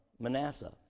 Manasseh